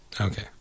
Okay